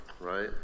right